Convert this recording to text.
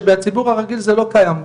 שבציבור הרגיל זה לא קיים,